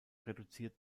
reduziert